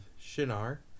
Shinar